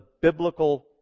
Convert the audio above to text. biblical